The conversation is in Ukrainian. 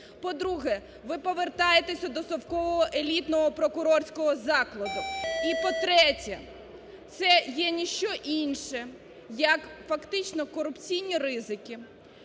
По-друге, ви повертаєтесь до совкого елітного прокурорського закладу. І, по-третє, це є ніщо інше як фактично корупційні ризики,